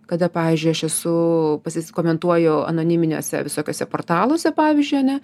kada pavyzdžiui aš esu pasis komentuoju anoniminiuose visokiuose portaluose pavyzdžiui ane